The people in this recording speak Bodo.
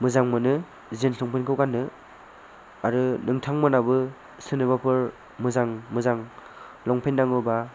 मोजां मोनो जिन्स लंपेन्ट खौ गाननो आरो नोंथांमोनाबो सोरनोबाफोर मोजां मोजां लंपेन्ट नांगौब्ला